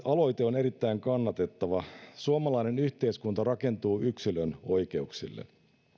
aloite on erittäin kannatettava suomalainen yhteiskunta rakentuu yksilön oikeuksille